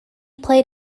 played